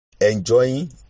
enjoying